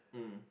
mm